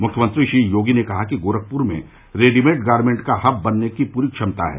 मुख्यमंत्री श्री योगी ने कहा कि गोरखप्र में रेडीमेड गारमेंट का हब बनने की पूरी क्षमता है